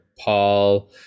paul